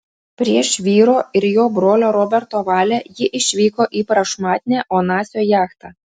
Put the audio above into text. prieš vyro ir jo brolio roberto valią ji išvyko į prašmatnią onasio jachtą